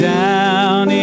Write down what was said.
down